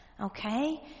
okay